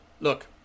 Look